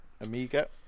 Amiga